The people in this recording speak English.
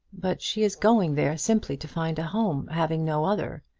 but she is going there simply to find a home having no other.